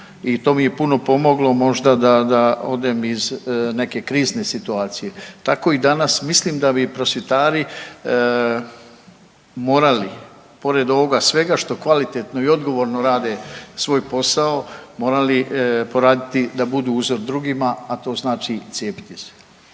i to mi je puno pomoglo možda da odem iz neke krizne situacije. Tako i danas mislim da bi prosvjetari morali pored ovoga svega što kvalitetno i odgovorno rade svoj posao morali poraditi da budu uzor drugima, a to znači i cijepiti se.